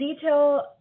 detail